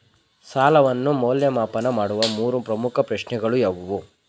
ಸಾಲವನ್ನು ಮೌಲ್ಯಮಾಪನ ಮಾಡುವ ಮೂರು ಪ್ರಮುಖ ಪ್ರಶ್ನೆಗಳು ಯಾವುವು?